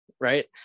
right